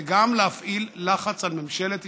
וגם להפעיל לחץ על ממשלת ישראל.